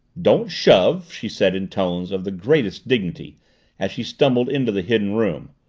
don't shove, she said in tones of the greatest dignity as she stumbled into the hidden room.